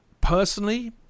personally